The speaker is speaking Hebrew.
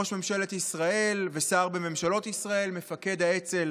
ראש ממשלת ישראל ושר בממשלות ישראל, מפקד האצ"ל